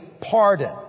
pardon